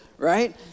right